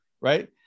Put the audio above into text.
right